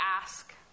ask